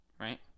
right